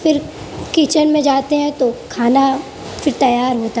پھر کچن میں جاتے ہیں تو کھانا پھر تیار ہوتا ہے